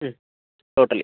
total